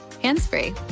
hands-free